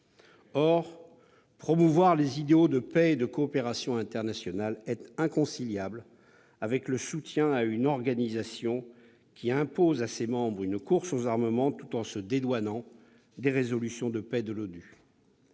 Or la promotion d'idéaux de paix et de coopération internationale est inconciliable avec le soutien à une organisation qui impose à ses membres une course aux armements tout en se dédouanant des résolutions de paix de l'ONU.